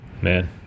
Man